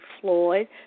Floyd